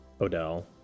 Odell